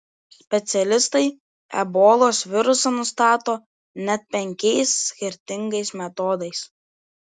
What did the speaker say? specialistai ebolos virusą nustato net penkiais skirtingais metodais